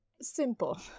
Simple